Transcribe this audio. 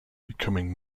becoming